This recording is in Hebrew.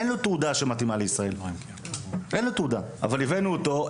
אין לו תעודה שמתאימה לישראל, אבל הבאנו אותו.